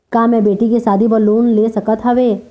का मैं बेटी के शादी बर लोन ले सकत हावे?